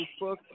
Facebook